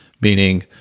meaning